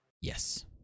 Yes